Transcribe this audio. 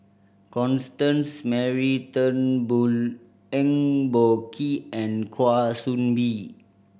Constance Mary Turnbull Eng Boh Kee and Kwa Soon Bee